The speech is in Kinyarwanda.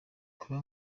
kuba